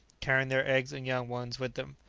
carrying their eggs and young ones with them.